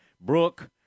Brooke